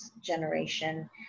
generation